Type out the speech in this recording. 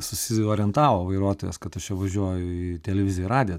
susiorientavo vairuotojas kad aš čia važiuoju į televiziją ir radiją